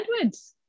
Edwards